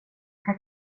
ska